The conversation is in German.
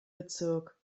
bezirk